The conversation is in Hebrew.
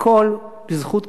הכול בזכות,